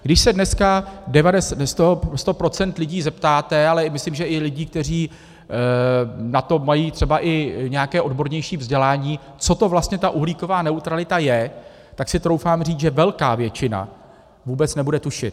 Když se dneska sta procent lidí zeptáte, ale myslím, že i lidí, kteří na to mají třeba i nějaké odbornější vzdělání, co to vlastně ta uhlíková neutralita je, tak si troufám říct, že velká většina vůbec nebude tušit.